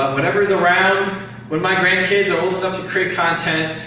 ah whatever is around when my grandkids are old enough to create content,